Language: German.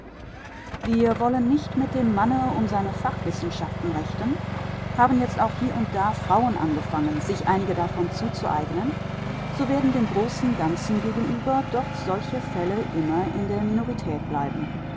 wir wollen nicht mit dem manne um seine fachwissenschaften rechten haben jetzt auch hie und da frauen angefangen sich einige davon zuzueignen so werden dem großen ganzen gegenüber doch solche fälle immer in der minorität bleiben